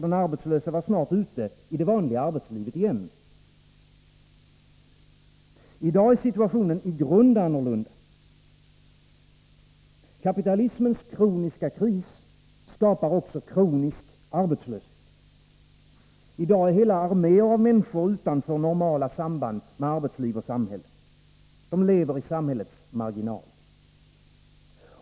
Den arbetslöse var ju snart ute i det vanliga arbetslivet igen. I dag är situationen i grund annorlunda. Kapitalismens kroniska kris skapar också kronisk arbetslöshet. I dag är hela arméer av människor utanför normala samband med arbetsliv och samhälle. De lever i samhällets marginal.